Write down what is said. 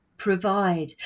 Provide